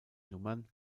nummern